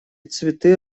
цветы